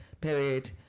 period